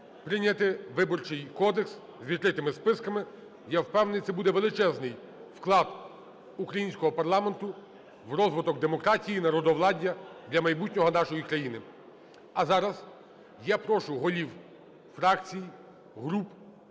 прийняти Виборчий кодекс з відкритими списками. І я впевнений, це буде величезний вклад українського парламенту в розвиток демократії, народовладдя, для майбутнього нашої країни. А зараз я прошу голів фракцій, груп,